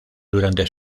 durante